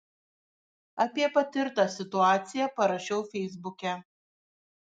apie patirtą situaciją parašiau feisbuke